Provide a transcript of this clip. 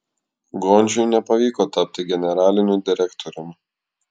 gončiui nepavyko tapti generaliniu direktoriumi